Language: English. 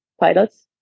pilots